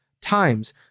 times